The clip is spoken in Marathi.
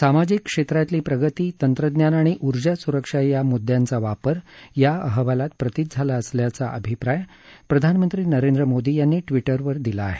सामाजिक क्षेत्रातली प्रगती तंत्रज्ञान आणि ऊर्जा स्रक्षा या म्द्दयांचा वापर या अहवालात प्रतीत झाला असल्याचं अभिप्राय प्रधानमंत्री नरेंद्र मोदी यांनी ट्विटरवर दिला आहे